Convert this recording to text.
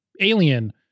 Alien